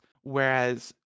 Whereas